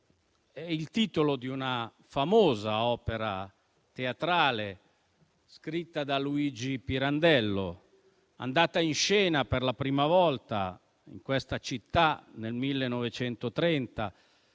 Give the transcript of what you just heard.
il titolo di una famosa opera teatrale scritta da Luigi Pirandello, andata in scena per la prima volta in questa città nel 1930.